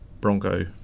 Bronco